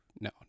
no